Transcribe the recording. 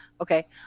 Okay